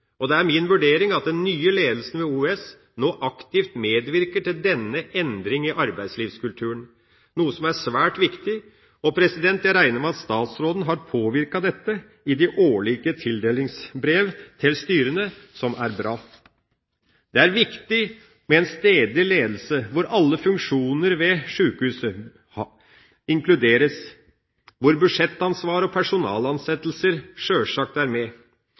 Det er min vurdering at den nye ledelsen ved OUS nå aktivt medvirker til denne endring i arbeidslivskulturen, noe som er svært viktig. Jeg regner med at statsråden har påvirket dette i de årlige tildelingsbrev til styrene, som er bra. Det er viktig med en stedlig ledelse hvor alle funksjoner ved sjukehuset inkluderes, hvor budsjettansvar og personalansettelser sjølsagt er med,